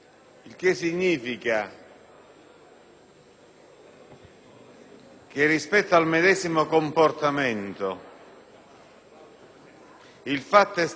che, dinanzi al medesimo comportamento, il fatto esterno, ossia